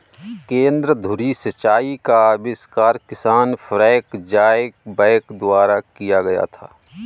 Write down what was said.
केंद्र धुरी सिंचाई का आविष्कार किसान फ्रैंक ज़ायबैक द्वारा किया गया था